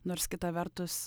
nors kita vertus